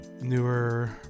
newer